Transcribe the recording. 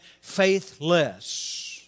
faithless